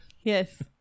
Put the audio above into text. Yes